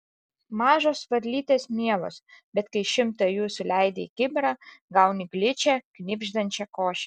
mažos varlytės mielos bet kai šimtą jų suleidi į kibirą gauni gličią knibždančią košę